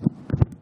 עופר כסיף.